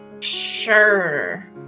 Sure